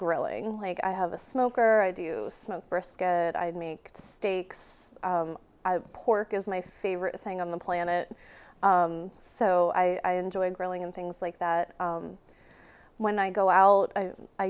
grilling like i have a smoker i do smoke brisket i make steaks pork is my favorite thing on the planet so i enjoy grilling and things like that when i go out i